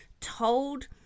told